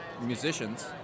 musicians